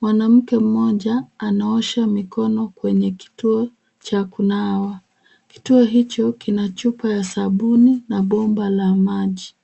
Mwanamke mmoja anaosha mikono kwenye kituo cha kunawa. Kituo hicho kina chupa ya sabuni na bomba la maji.